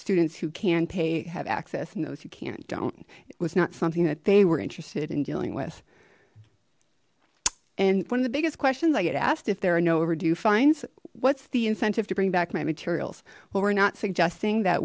students who can pay have access and those who can't don't it was not something that they were interested in dealing with and one of the biggest questions i get asked if there are no overdue fines what's the incentive to bring back my materials well we're not suggesting that